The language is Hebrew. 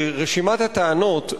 ורשימת הטענות,